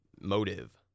Motive